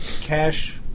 cash